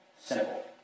Simple